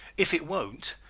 if it won't,